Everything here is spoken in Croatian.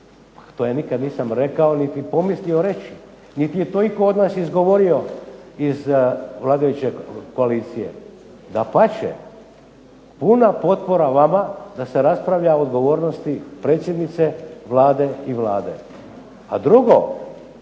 to ja nisam nikada rekao niti pomislio reći, niti je to itko od nas govorio iz vladajuće koalicije. Dapače, puna potpora vama da se raspravlja o odgovornosti predsjednice Vlade i Vlade. A drugo,